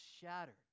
shattered